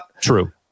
True